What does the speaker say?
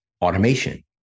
automation